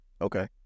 Okay